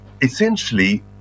essentially